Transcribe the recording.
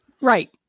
Right